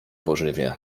pożywię